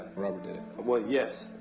robert did it. well, yes.